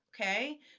Okay